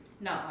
No